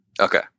Okay